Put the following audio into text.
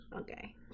Okay